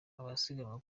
abasiganwa